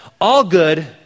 all-good